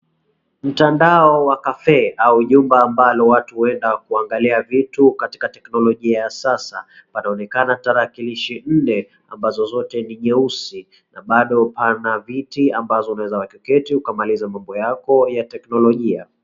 Mtandao wa cafe au nyumba ambalo watu huenda kuangalia vitu katika teknolojia ya sasa. Panaonekana tarakilishi nne ambazo zote ni nyeusi na bado pana viti ambazo unaweza keti ukamaliza mambo yako ya teknolojia.